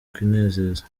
kwinezeza